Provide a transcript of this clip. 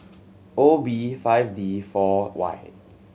O B five D four Y